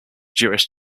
jewish